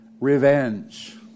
revenge